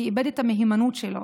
כי הוא איבד את המהימנות שלו.